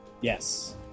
yes